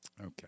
Okay